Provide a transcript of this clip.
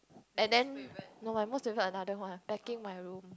and then no my most favourite another one packing my room